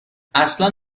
اصلا